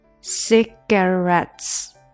cigarettes